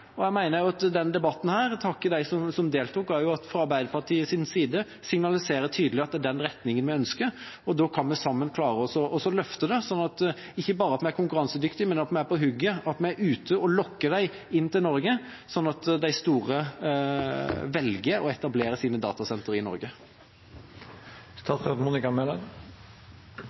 vei. Jeg mener også at denne debatten – jeg vil takke dem som deltok, også fra Arbeiderpartiets side – signaliserer tydelig at det er den retningen vi ønsker, og da kan vi sammen klare å løfte det, sånn at vi ikke bare er konkurransedyktige, men at vi er på hugget, at vi er ute og lokker dem til Norge, sånn at de store velger å etablere sine datasentre i Norge.